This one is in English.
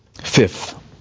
Fifth